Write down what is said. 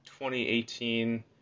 2018